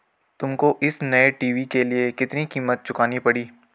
तुमको इस नए टी.वी के लिए कितनी कीमत चुकानी पड़ी?